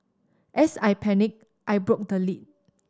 as I panicked I broke the lid